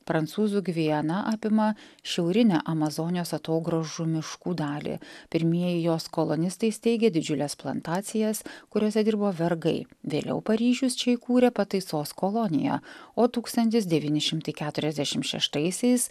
prancūzų gvianą apima šiaurinę amazonijos atogrąžų miškų dalį pirmieji jos kolonistai steigia didžiules plantacijas kuriose dirbo vergai vėliau paryžius čia įkūrė pataisos koloniją o tūkstantis devyni šimtai keturiasdešimt šeštaisiais